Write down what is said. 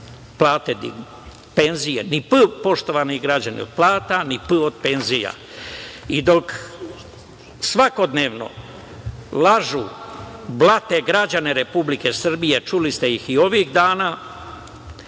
penzije? Ni „p“, poštovani građani od plata, ni „p“ od penzija. Dok svakodnevno lažu, blate građane Republike Srbije, čuli ste ih i ovih dana